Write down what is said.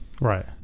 right